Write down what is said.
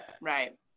Right